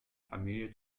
familie